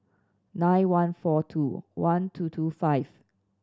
nine one four two one two two five